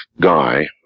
guy